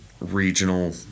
regional